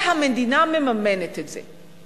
והמדינה מממנת את זה.